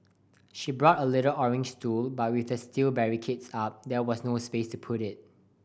she brought a little orange stool but with the steel barricades up there was no space to put it